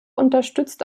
unterstützt